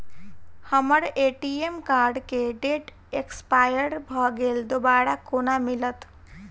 हम्मर ATM card केँ date expire भऽ गेल दोबारा कोना मिलत?